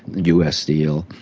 us steel,